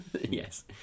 Yes